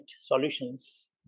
solutions